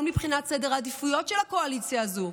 מבחינת סדר העדיפויות של הקואליציה הזו.